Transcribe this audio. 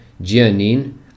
Gianin